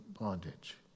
bondage